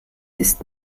ist